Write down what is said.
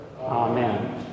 Amen